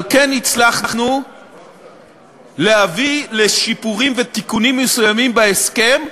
אבל כן הצלחנו להביא לשיפורים ותיקונים מסוימים בהסכם.